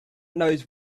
knows